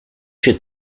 się